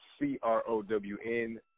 C-R-O-W-N